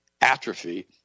atrophy